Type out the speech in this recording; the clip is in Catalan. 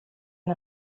han